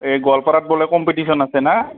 এই গোৱালপাৰাত বোলে কম্পিটিশ্যন আছে না